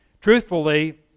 Truthfully